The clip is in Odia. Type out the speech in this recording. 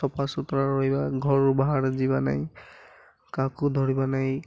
ସଫା ସୁତୁରା ରହିବା ଘରୁ ବାହାର ଯିବା ନାଇଁ କାହାକୁ ଧରିବା ନାଇଁ